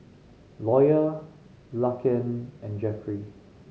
Lawyer Laken and Jeffrey